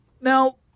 Now